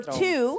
two